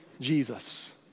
Jesus